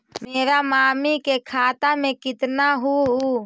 मेरा मामी के खाता में कितना हूउ?